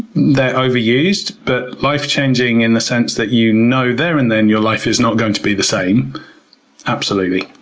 they're overused. but life-changing in the sense that you know there and then your life is not going to be the same absolutely.